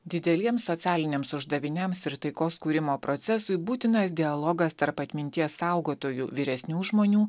dideliems socialiniams uždaviniams ir taikos kūrimo procesui būtinas dialogas tarp atminties saugotojų vyresnių žmonių